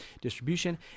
distribution